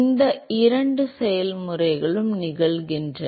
இந்த இரண்டு செயல்முறைகளும் நிகழ்கின்றன